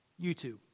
YouTube